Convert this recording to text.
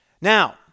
Now